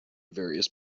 various